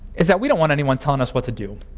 it's that we don't want anyone telling us what to do.